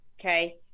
Okay